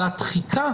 והתחיקה